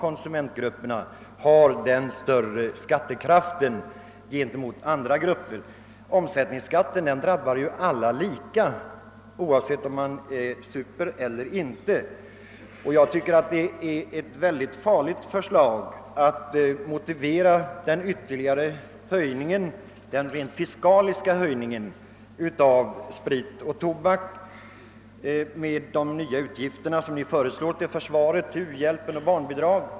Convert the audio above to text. Omsättningsskatten drabbar ju alla lika, oavsett om man super eller inte. Jag tycker att det är ett mycket farligt förslag att vilja motivera den rent fiskala höjningen av spritoch tobaksskatten med de nya utgifter som folkpartiet och centerpartiet föreslår till försvaret, u-hjälpen och barnbidragen.